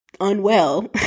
unwell